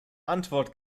antwort